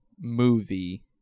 movie